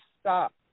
Stop